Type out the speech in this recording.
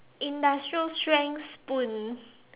industrial strength spoon